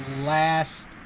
last